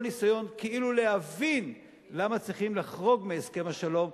כל ניסיון כאילו להבין למה צריכים לחרוג מהסכם השלום,